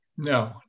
No